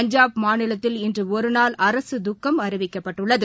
பஞ்சாப் மாநிலத்தில் இன்று ஒருநாள் அரசு துக்கம் அறவிக்கப்பட்டுள்ளது